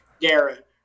Garrett